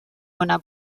ona